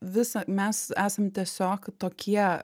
visą mes esam tiesiog tokie